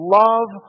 love